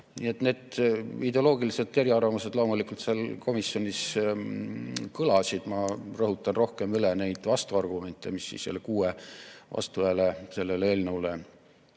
need ideoloogilised eriarvamused loomulikult seal komisjonis kõlasid. Ma rõhutan rohkem üle neid vastuargumente, mis need kuus vastuhäält sellele eelnõule